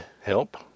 help